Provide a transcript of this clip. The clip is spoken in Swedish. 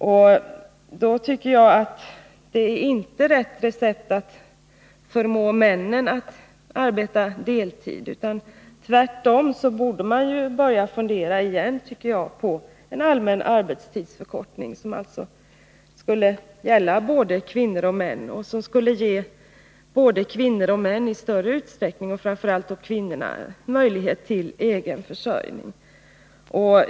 Jag tycker inte att rätta sättet är att förmå männen att arbeta deltid, utan jag anser att man tvärtom borde fundera igen på en allmän arbetstidsförkortning som skulle gälla både kvinnor och män och som skulle ge både kvinnor och män — och framför allt kvinnorna — möjlighet i större utsträckning till egen försörjning.